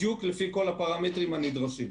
בדיוק לפי כל הפרמטרים הנדרשים.